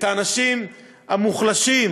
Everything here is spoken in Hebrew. את האנשים המוחלשים,